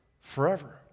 forever